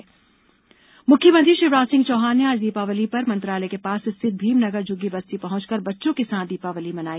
CM Deepavali मुख्यमंत्री शिवराज सिंह चौहान ने आज दीपावली पर मंत्रालय के पास स्थित भीम नगर झुग्गी बस्ती पहुंचकर बच्चों के साथ दीपावली मनाई